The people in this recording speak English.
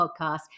podcast